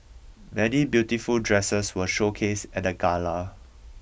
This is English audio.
many beautiful dresses were showcased at the gala